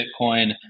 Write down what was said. Bitcoin